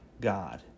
God